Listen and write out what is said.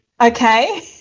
Okay